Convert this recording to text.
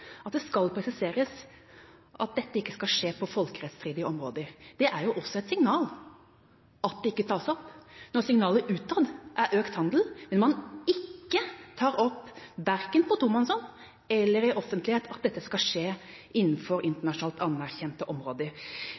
at det skal presiseres at dette ikke skal skje på folkerettsstridige områder. Det er jo også et signal at det ikke tas opp når signalet utad er økt handel, men man ikke tar opp – verken på tomannshånd eller i offentlighet – at dette skal skje innenfor internasjonalt anerkjente områder.